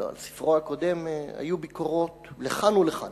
הלוא על ספרו הקודם היו ביקורות לכאן ולכאן.